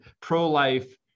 pro-life